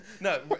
No